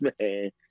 man